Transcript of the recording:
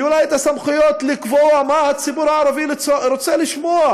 שיהיו לה הסמכויות לקבוע מה הציבור הערבי רוצה לשמוע